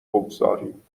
بگذاریم